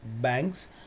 banks